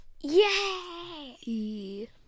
Yay